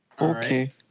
Okay